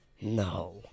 No